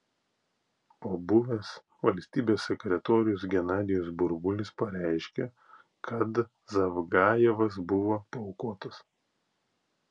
o buvęs valstybės sekretorius genadijus burbulis pareiškė kad zavgajevas buvo paaukotas